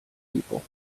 people